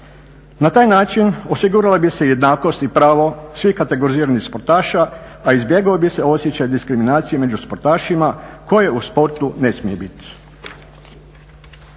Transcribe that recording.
Na taj način osigurale bi se jednakost i pravo svih kategoriziranih sportaša, a izbjegao bi se osjećaj diskriminacije među sportašima koje u sportu ne smije biti.